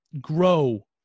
grow